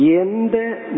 Yende